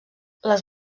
les